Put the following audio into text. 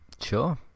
Sure